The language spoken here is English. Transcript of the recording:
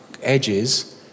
edges